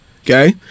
Okay